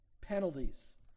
penalties